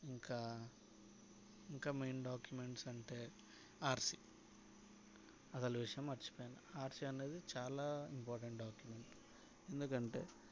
ఇంకా ఇంకా main documents అంటే ఆర్సి అసలు విషయం మర్చిపోయిన ఆర్సి అనేది చాలా ఇంపార్టెంట్ డాక్యుమెంట్ ఎందుకంటే